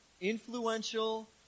influential